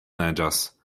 neĝas